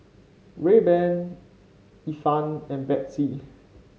Rayban Ifan and Betsy